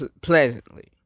pleasantly